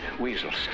weasels